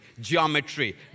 geometry